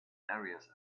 areas